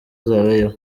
zabayeho